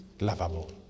lovable